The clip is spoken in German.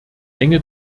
enge